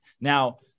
Now